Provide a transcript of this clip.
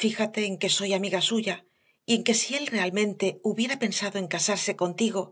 fíjate en que soy amiga suya y en que si él realmente hubiera pensado en casarse contigo